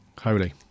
Holy